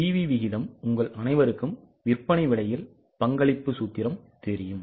PV விகிதம் உங்கள் அனைவருக்கும் விற்பனை விலையில் பங்களிப்பு சூத்திரம் தெரியும்